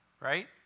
right